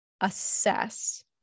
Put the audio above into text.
assess